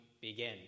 begin